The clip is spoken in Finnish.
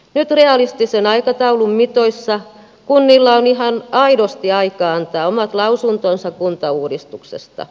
nyt realistisen aikataulun mitoissa kunnilla on ihan aidosti aikaa antaa omat lausuntonsa kuntauudistuksesta